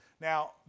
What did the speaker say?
Now